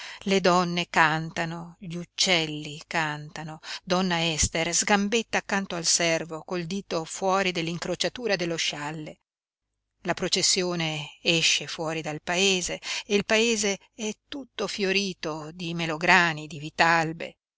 le donne cantano gli uccelli cantano donna ester sgambetta accanto al servo col dito fuori dell'incrociatura dello scialle la processione esce fuori dal paese e il paese è tutto fiorito di melograni e di vitalbe le